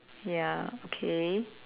ya okay